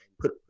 put